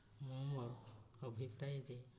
ମୁଁ ମୋର୍ ଯେ